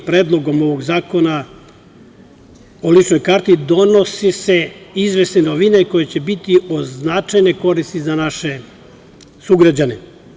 Predlogom ovog zakona o ličnoj karti donose se izvesne novine koje će biti od značajne koristi za naše sugrađane.